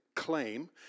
claim